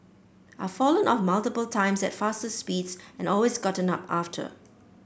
I've fallen off multiple times at faster speeds and always gotten up after